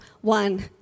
One